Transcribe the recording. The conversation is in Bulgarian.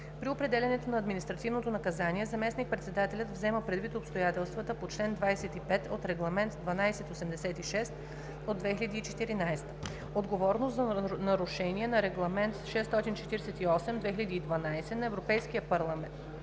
При определянето на административното наказание заместник-председателят взема предвид обстоятелствата по чл. 25 от Регламент (ЕС) № 1286/2014. Отговорност за нарушения на Регламент (ЕС) № 648/2012 на Европейския парламент